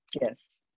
Yes